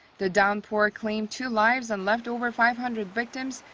the downpour claimed two lives and left over five hundred victims,